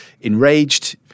enraged